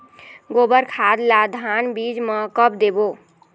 गोबर खाद ला धान बीज म कब देबो?